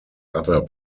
other